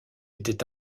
était